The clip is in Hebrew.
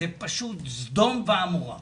זה פשוט סדום ועמורה.